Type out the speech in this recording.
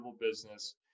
business